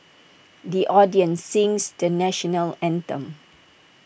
the audience sings the National Anthem